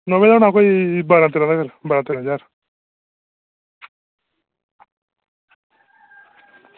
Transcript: Innova दा होना कोई बारां तेरा तगर बारां तेरां ज्हार